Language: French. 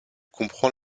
comprend